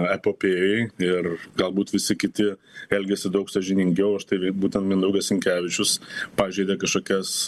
epopėjoj ir galbūt visi kiti elgiasi daug sąžiningiau o štai būtent mindaugas sinkevičius pažeidė kažkokias